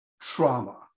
trauma